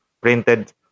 printed